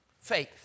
faith